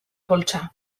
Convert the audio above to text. poltsa